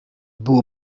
było